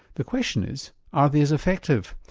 the question is are they as effective?